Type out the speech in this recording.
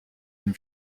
une